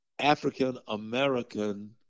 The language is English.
African-American